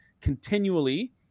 continually